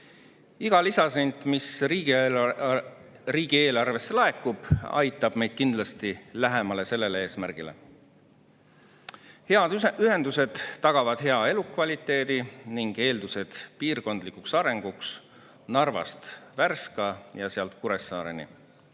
Iga lisasent, mis riigieelarvesse laekub, aitab meid kindlasti sellele eesmärgile lähemale. Head ühendused tagavad hea elukvaliteedi ning eeldused piirkondlikuks arenguks Narvast Värskani ja sealt Kuressaareni.